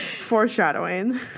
Foreshadowing